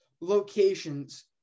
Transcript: locations